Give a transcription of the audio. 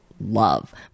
love